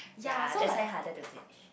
ya that's why harder to match